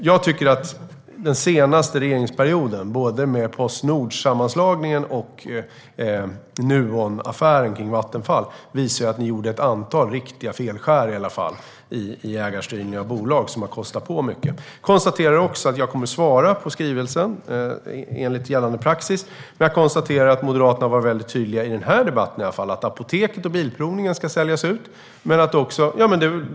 Jag tycker att den senaste regeringsperioden visar att ni med både Postnordsammanslagningen och Nuonaffären kring Vattenfall gjorde ett antal riktiga felskär i ägarstyrningen av bolag, som har kostat på mycket. Jag konstaterar också att jag kommer att svara på skrivelsen enligt gällande praxis men att Moderaterna i alla fall varit väldigt tydliga i denna debatt: Apoteket och Bilprovningen ska säljas ut.